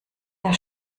der